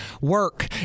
work